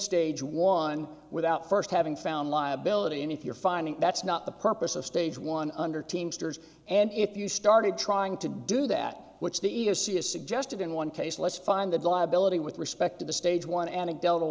stage one without first having found liability and if you're finding that's not the purpose of stage one under teamsters and if you started trying to do that which the e e o c has suggested in one case let's find that liability with respect to the stage one anecdotal